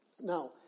now